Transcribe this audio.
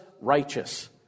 righteous